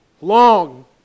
long